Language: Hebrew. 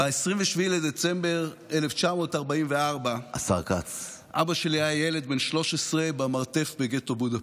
ב-27 בדצמבר 1944 אבא שלי היה ילד בן 13 במרתף בגטו בודפשט,